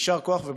יישר כוח ובהצלחה.